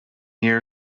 year